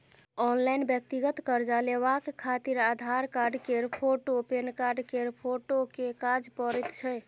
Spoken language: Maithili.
ऑनलाइन व्यक्तिगत कर्जा लेबाक खातिर आधार कार्ड केर फोटु, पेनकार्ड केर फोटो केर काज परैत छै